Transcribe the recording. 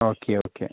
okay okay